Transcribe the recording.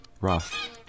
rough